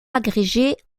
agrégé